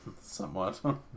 Somewhat